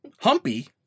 Humpy